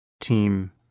team